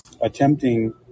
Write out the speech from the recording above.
attempting